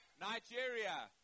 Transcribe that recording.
Nigeria